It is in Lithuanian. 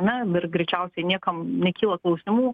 nadar greičiausiai niekam nekyla klausimų